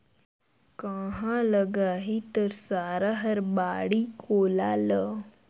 काँहा लगाही तोर सारा हर बाड़ी कोला ल